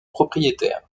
propriétaire